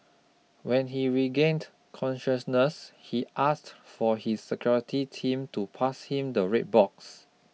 when he regained consciousness he asked for his security team to pass him the red box